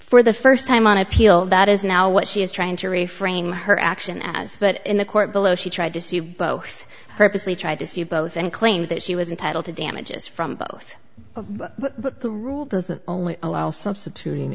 for the first time on appeal that is now what she is trying to reframe her action as but in the court below she tried to sue both purposely tried to sue both and claim that she was entitled to damages from both of the rule because the only allows substituting